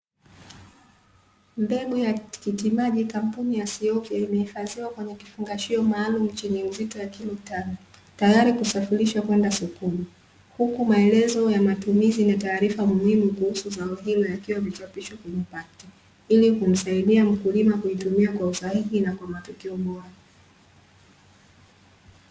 Mbegu ya tikitimaji kampuni ya Siofi imehifadhiwa kwenye kifungashio maalumu yenye uzito wa kilo tano tayari kusafirishwa kwenda sokoni huku maelezo ya matumizi na taarifa muhimu kuhusu zao hilo yakiwa yamechapishwa kwenye patki ili kumsaidia Mkulima kuitumia kwa usahihi kwa matokeo bora.